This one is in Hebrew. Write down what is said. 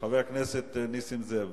חבר הכנסת נסים זאב,